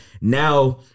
now